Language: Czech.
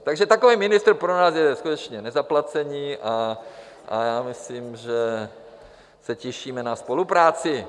Takže takový ministr pro nás je skutečně k nezaplacení a já myslím, že se těšíme na spolupráci.